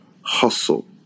hustle